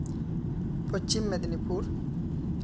Paschim Medinipur